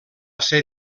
ser